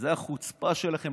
זו החוצפה שלכם.